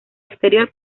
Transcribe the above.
exterior